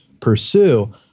pursue